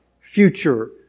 future